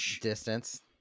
distance